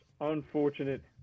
unfortunate